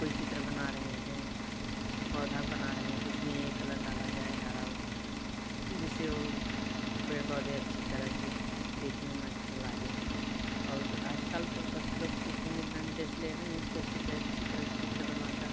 कोई चित्र बना रहे हैं पौधा बना रहे हैं तो उसमें ये कलर डाला जाए हरा जिससे वो पेड़ पौधे अच्छी तरह से दिखने में लागे और सब आजकल तो सब लोग चित्र में इतना इंटरेस्ट ले रहे हैं कि अच्छी से अच्छी तरह से चित्र बनाकर